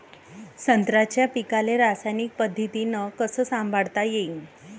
संत्र्याच्या पीकाले रासायनिक पद्धतीनं कस संभाळता येईन?